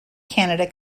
canada